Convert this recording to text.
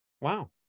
wow